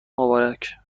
مبارک